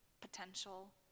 potential